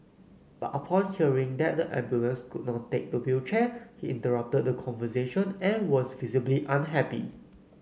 but upon hearing that the ambulance could not take the wheelchair he interrupted the conversation and was visibly unhappy